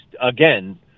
again